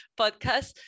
podcast